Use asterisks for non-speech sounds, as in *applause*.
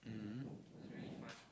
mm *breath*